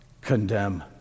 Condemn